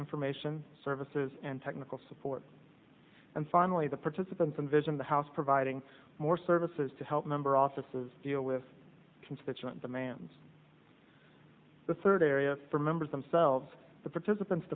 information services and technical support and finally the participants in vision the house providing more services to help member offices deal with constituent the man's the third area for members themselves the participants